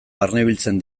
barnebiltzen